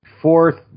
fourth